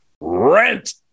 rent